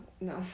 no